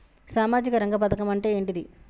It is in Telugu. సామాజిక రంగ పథకం అంటే ఏంటిది?